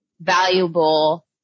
valuable